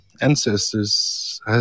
ancestors